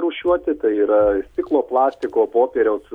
rūšiuoti tai yra stiklo plastiko popieriaus